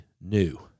new